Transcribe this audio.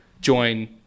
join